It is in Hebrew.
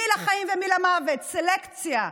מי לחיים ומי למוות, סלקציה.